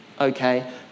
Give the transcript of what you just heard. Okay